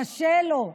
קשה לו,